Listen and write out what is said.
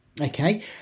Okay